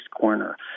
corner